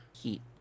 heat